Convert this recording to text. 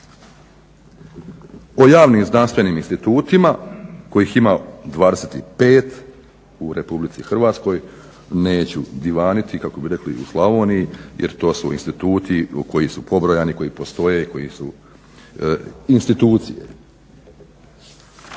O javnim znanstvenim institutima kojih ima 25 u RH neću divaniti kako bi rekli u Slavoniji jer to su instituti koji su pobrojani, koji postoje i koji su institucije.